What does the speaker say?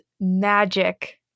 magic